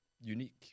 unique